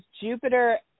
Jupiter